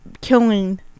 killing